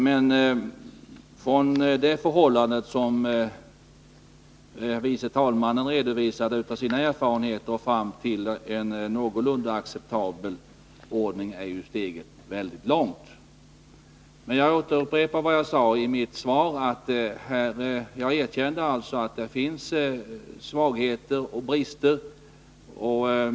Men från de förhållanden som tredje vice talmannen redovisat utifrån sina egna erfarenheter och till en någorlunda acceptabel ordning är steget väldigt långt. Jag upprepar vad jag sade i mitt svar, där jag erkände att det finns svagheter och brister.